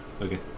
Okay